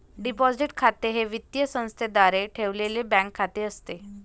deposit खाते हे वित्तीय संस्थेद्वारे ठेवलेले बँक खाते असते